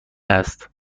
است